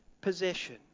possession